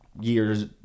Years